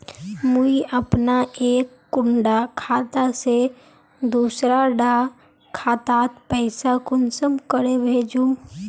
मुई अपना एक कुंडा खाता से दूसरा डा खातात पैसा कुंसम करे भेजुम?